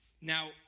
Now